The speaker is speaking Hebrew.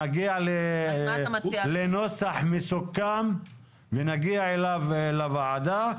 נגיע לנוסח מסוכם ונגיע איתו לוועדה.